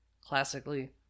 Classically